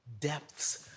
depths